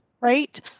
right